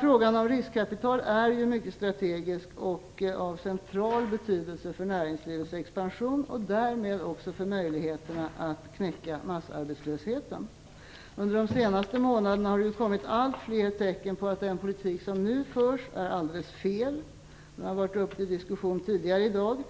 Frågan om riskkapital är mycket strategisk och av central betydelse för näringslivets expansion och därmed också för möjligheterna att knäcka massarbetslösheten. Under de senaste månaderna har det kommit allt fler tecken på att den politik som nu förs är alldeles fel. Det är varit uppe till diskussion tidigare i dag.